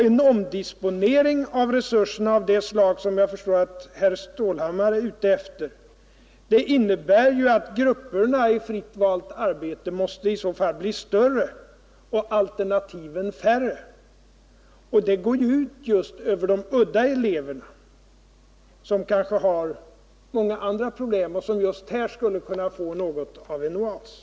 En omdisponering av resurserna av det slag som jag förstår att herr Stålhammar är ute efter innebär ju att grupperna i fritt valt arbete måste bli större och alternativen färre, och det går ju ut just över de udda eleverna, som kanske har många andra problem och som just här skulle kunna få något av en oas.